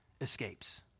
escapes